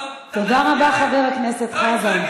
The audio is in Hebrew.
תודה רבה, חבר הכנסת חזן.